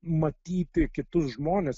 matyti kitus žmones